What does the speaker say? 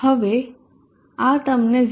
હવે આ તમને 0